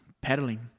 pedaling